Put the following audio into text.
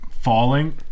falling